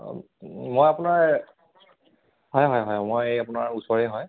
মই আপোনাৰ হয় হয় হয় মই এই আপোনাৰ ওচৰৰে হয়